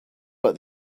but